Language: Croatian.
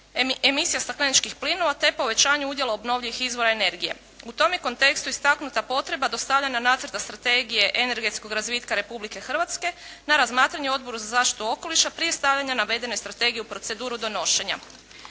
emisija stakleničkih plinova te povećanje udjela obnovljivih izvora energija. U tom je kontekstu istaknuta potreba dostavljanja nacrta strategije energetskog razvitka Republike Hrvatske na razmatranje Oboru za zaštitu okoliša prije stavljanja navedene strategije u proceduru donošenja.